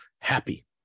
happy